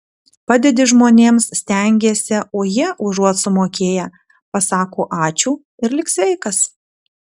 padedi žmonėms stengiesi o jie užuot sumokėję pasako ačiū ir lik sveikas